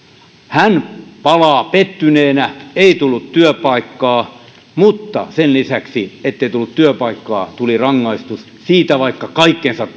hän palaa pettyneenä ei tullut työpaikkaa mutta sen lisäksi ettei tullut työpaikkaa tuli rangaistus siitä vaikka kaikkensa